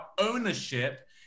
ownership